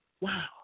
Wow